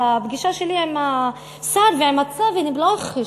בפגישה שלי עם השר ועם הצוות הם לא הכחישו.